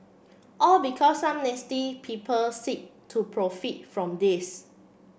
all because some nasty people seek to profit from this